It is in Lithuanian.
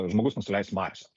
žmogus nusileis į marsą